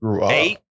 eight